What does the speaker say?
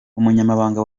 umunyamabanga